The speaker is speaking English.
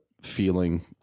feeling